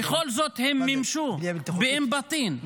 -- ובכל זאת הם מימשו באום בטין.